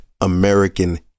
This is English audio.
American